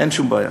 אין שום בעיה.